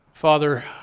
Father